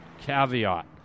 Caveat